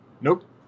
nope